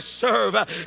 serve